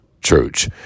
church